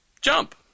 jump